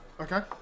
Okay